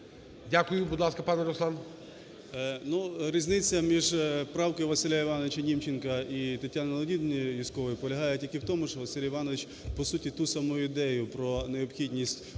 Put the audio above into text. Дякую. Будь ласка, пане Руслан.